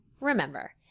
remember